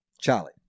Charlie